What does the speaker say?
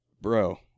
Bro